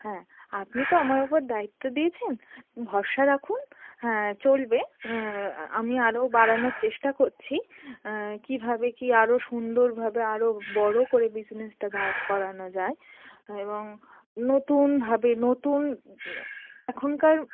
হ্যাঁ আপনি তো আমার উপর দায়িত্ব দিয়েছেন ভরসা রাখুন হ্যাঁ চলবে আমি আরও বাড়ানোর চেষ্টা করছি কীভাবে কি আরও সুন্দরভাবে আরও বড়ো করে বিজনেসটা দাঁড় করানো যায় এবং নতুনভাবে নতুন এখনকার